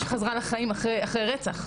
במאי,